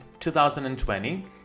2020